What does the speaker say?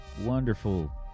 wonderful